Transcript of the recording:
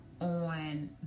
on